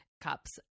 cups